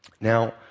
Now